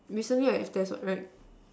recently I have test what right